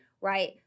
right